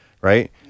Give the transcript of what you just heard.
right